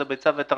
זה ביצה ותרנגולת.